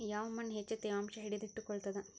ಯಾವ್ ಮಣ್ ಹೆಚ್ಚು ತೇವಾಂಶ ಹಿಡಿದಿಟ್ಟುಕೊಳ್ಳುತ್ತದ?